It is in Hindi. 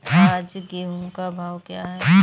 आज गेहूँ का भाव क्या है?